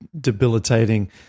debilitating